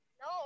No